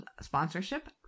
sponsorship